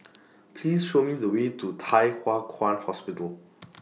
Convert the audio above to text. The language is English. Please Show Me The Way to Thye Hua Kwan Hospital